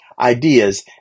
ideas